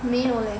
没有 leh